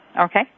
Okay